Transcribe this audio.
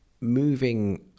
moving